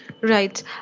Right